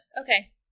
Okay